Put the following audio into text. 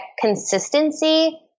consistency